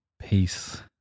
Peace